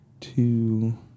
two